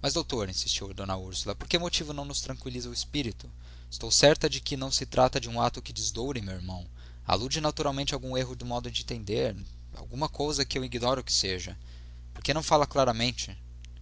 mas doutor insistiu d úrsula por que motivo nos não tranqüiliza o espírito estou certa de que não se trata de um ato que desdoure meu irmão alude naturalmente a algum erro no modo de entender alguma coisa que eu ignoro o que seja por que não fala claramente